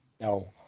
No